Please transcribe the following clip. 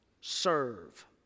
serve